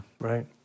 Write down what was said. right